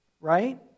Right